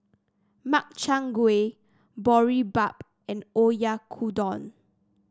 Makchang Gui Boribap and Oyakodon